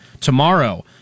tomorrow